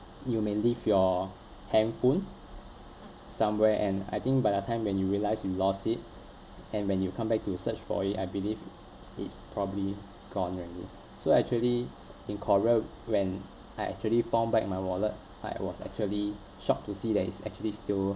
you may leave your handphone somewhere and I think by the time when you realize you lost it and when you come back to search for it I believe it's probably gone already so actually in korea when I actually found back my wallet I was actually shocked to see that it's actually still